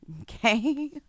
Okay